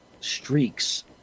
streaks